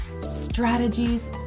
strategies